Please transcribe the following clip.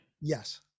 yes